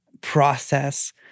process